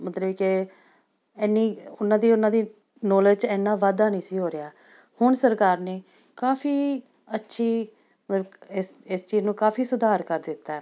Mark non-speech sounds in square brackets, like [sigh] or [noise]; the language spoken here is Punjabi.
ਮਤਲਬ ਕਿ ਇੰਨੀ ਉਹਨਾਂ ਦੀ ਉਹਨਾਂ ਦੀ ਨੌਲੇਜ 'ਚ ਇੰਨਾ ਵਾਧਾ ਨਹੀਂ ਸੀ ਹੋ ਰਿਹਾ ਹੁਣ ਸਰਕਾਰ ਨੇ ਕਾਫੀ ਅੱਛੀ [unintelligible] ਇਸ ਇਸ ਚੀਜ਼ ਨੂੰ ਕਾਫੀ ਸੁਧਾਰ ਕਰ ਦਿੱਤਾ